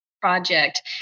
project